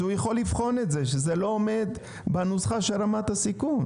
אז הוא יכול לבחון את זה שזה לא עומד בנוסחה של רמת הסיכון.